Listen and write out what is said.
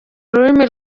ururimi